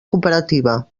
cooperativa